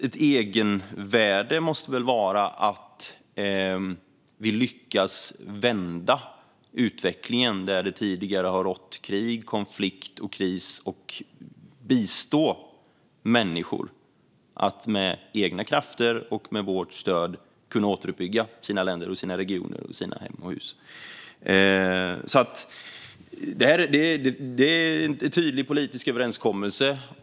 Ett egenvärde måste väl vara att vi lyckas vända utvecklingen där det tidigare har varit krig, konflikt och kris och att vi kan bistå människor att med egna krafter och vårt stöd återuppbygga sina länder, regioner, hem och hus. Det här är en tydlig politisk överenskommelse.